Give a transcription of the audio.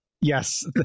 yes